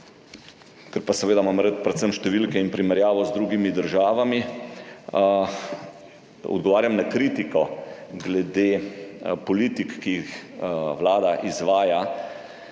ker imam rad predvsem številke in primerjavo z drugimi državami, odgovarjam na kritiko glede politik, ki jih Vlada izvaja,